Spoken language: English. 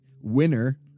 Winner